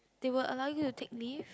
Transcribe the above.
they will allow you to take leave